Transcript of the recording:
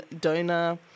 donor